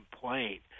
complaint